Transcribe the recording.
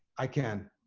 i can.